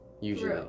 Usually